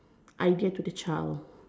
idea to the child